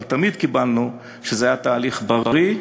אבל תמיד קיבלנו שזה היה תהליך בריא,